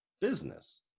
business